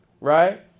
right